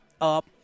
up